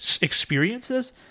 experiences